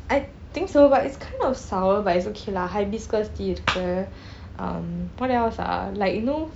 I think so but it's kind of sour but it's okay lah hibiscus tea is at the um what else ah like you know